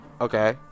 Okay